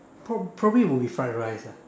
prob~ probably will be fried rice lah